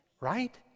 Right